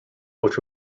which